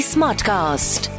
Smartcast